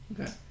Okay